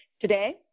Today